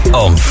on